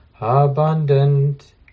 abundant